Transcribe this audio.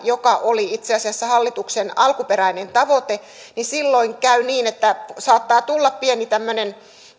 mikä oli itse asiassa hallituksen alkuperäinen tavoite niin silloin käy niin että saattaa tulla pieni